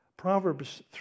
Proverbs